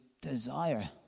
desire